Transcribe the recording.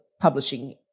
publishing